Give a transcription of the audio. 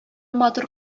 матур